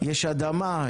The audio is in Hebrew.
יש אדמה,